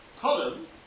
columns